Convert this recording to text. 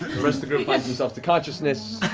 rest the group finds themselves to consciousness.